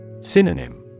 Synonym